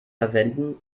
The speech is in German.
verwenden